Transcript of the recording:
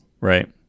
Right